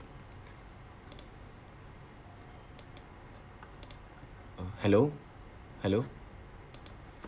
uh hello hello